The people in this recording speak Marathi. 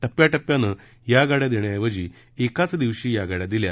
टप्प्याटप्प्याने या गाड्या देण्याऐवजी एकाच दिवशी या गाड्या देण्यात आल्या